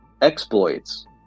exploits